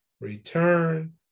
return